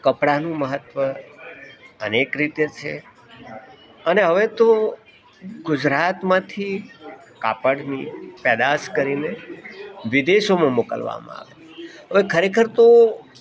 કપડાનું મહત્વ અનેક રીતે છે અને હવે તો ગુજરાતમાંથી કાપડની પેદાશ કરીને વિદેશોમાં મોકલવામાં આવે હવે ખરેખર તો